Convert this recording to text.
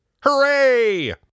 Hooray